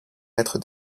être